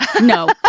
No